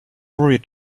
worried